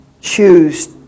choose